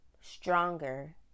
stronger